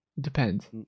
Depends